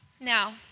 Now